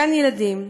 גן-ילדים,